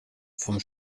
vom